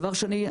דבר שני,